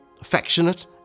affectionate